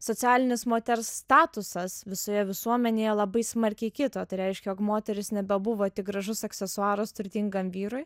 socialinis moters statusas visoje visuomenėje labai smarkiai kito tai reiškia jog moteris nebebuvo tik gražus aksesuaras turtingam vyrui